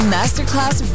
Masterclass